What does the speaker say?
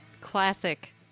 classic